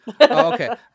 Okay